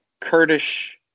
Kurdish